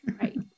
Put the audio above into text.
Right